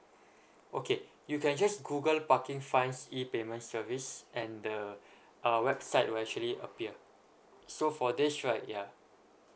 okay you can just google parking fines E payment service and the uh website where actually appear so for this right ya